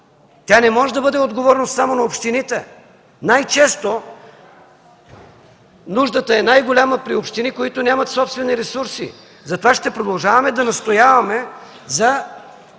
Тя не може да бъде отговорност само на общините. Най-често нуждата е най-голяма в общини, които нямат собствени ресурси. Затова ще продължаваме да настояваме за